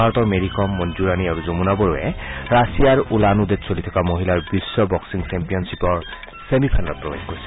ভাৰতৰ মেৰীকম মঞ্জৰাণী আৰু যমুনা বড়োৱে ৰাছিয়াৰ উলান উদেত চলি থকা মহিলাৰ বিশ্ব বক্সিং ছেম্পিয়নশ্বীপৰ ছেমিফাইনেলত প্ৰৱেশ কৰিছে